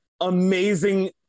amazing